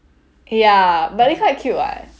ya but they quite cute what